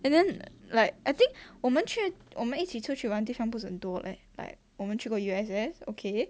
and then like I think 我们去我们一起出去玩地方不是很多 leh like 我们去过 U_S_S okay